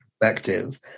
perspective